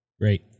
Great